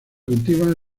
cultivan